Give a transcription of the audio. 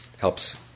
helps